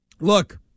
look